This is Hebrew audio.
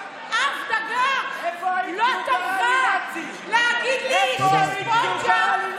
אף דגה לא טרחה להגיד לי שהספונג'ה,